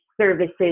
services